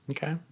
Okay